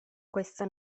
questa